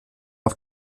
auf